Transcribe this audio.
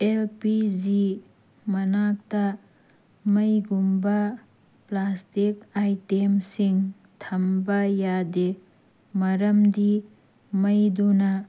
L P G ꯃꯅꯥꯛꯇ ꯃꯩꯒꯨꯝꯕ plastic ꯑꯥꯏꯇꯦꯝꯁꯤꯡ ꯊꯝꯕ ꯌꯥꯗꯦ ꯃꯔꯝꯗꯤ ꯃꯩꯗꯨꯅ